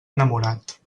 enamorat